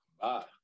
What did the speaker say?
Bye